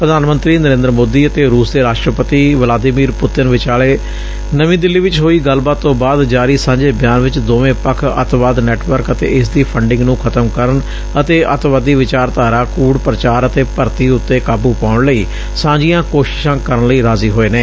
ਪ੍ਧਾਨ ਮੰਤਰੀ ਨਰੇਂਦਰ ਮੋਦੀ ਅਤੇ ਰੂਸ ਦੇ ਰਾਸਟਰਪਤੀ ਵਲਾਦੀਮੀਰ ਪੁਤਿਨ ਵਿਚਾਲੇ ਨਵੀਂ ਦਿੱਲੀ ਚ ਹੋਈ ਗੱਲਬਾਤ ਤੋਂ ਬਾਅਦ ਜਾਰੀ ਸਾਂਝੇ ਬਿਆਨ ਵਿਚ ਦੋਵੇਂ ਪੱਖ ਅਤਿਵਾਦ ਨੈਟਵਰਕ ਅਤੇ ਇਸ ਦੀ ਫੰਡਿੰਗ ਨੂੰ ਖਤਮ ਕਰਨ ਅਤੇ ਅਤਿਵਾਦੀ ਵਿਚਾਰਧਾਰਾ ਕੂੜਪ੍ਰਚਾਰ ਅਤੇ ਭਰਤੀ ਉਤੇ ਕਾਬੂ ਪਾਉਣ ਲਈ ਸਾਂਝੀਆਂ ਕੋਸ਼ਿਸ਼ਾਂ ਕਰਨ ਲਈ ਰਾਜ਼ੀ ਹੋਏ ਨੇ